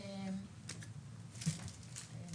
אני